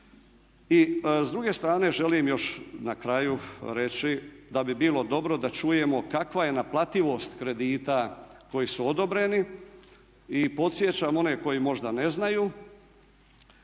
I s druge strane želim još na kraju reći da bi bilo dobro da čujemo kakva je naplativost kredita koji su odobreni i podsjećam one koji možda ne znaju